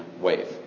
wave